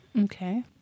Okay